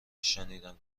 هاشنیدم